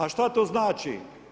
A šta to znači?